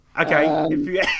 Okay